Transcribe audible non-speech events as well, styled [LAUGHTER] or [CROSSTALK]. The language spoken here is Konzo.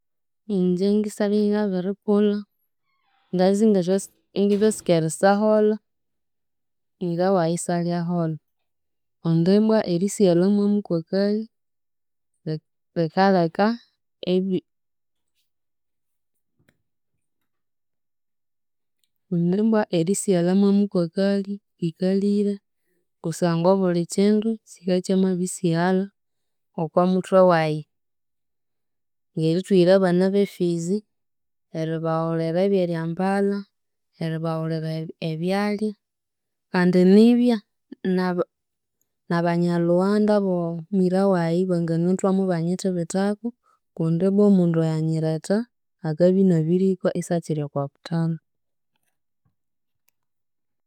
Ingye ngisabya ingabirikulha, nganza ingatha ingathasyatsuka erisyaholha mwira wayi isyalyaholha, kundi ibbwa erisighalha mwamukwakali li likalheka ebi [SILENCE] kundi ibbwa erisighalha mwamukwakali likalire kusangwa obuli kindu kikabya ikyamabirisighalha okwa muthwe wayi, ng'erithuhira abana b'e fees, eribawulira eby'eryambalha, eribawulira ebi eby'erirya, kandi nibya n'aba n'aba nyalhughanda ab'oo mwira wayi banganathwamu ibanyithibithaku, kundi ibbwa omundu eyanyiretha akabya inabirikwa isakiri okwa buthalha.